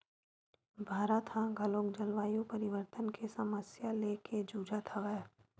भारत ह घलोक जलवायु परिवर्तन के समस्या लेके जुझत हवय